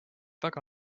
väga